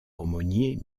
aumônier